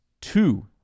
two